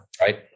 right